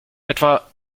etwa